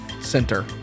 center